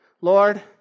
Lord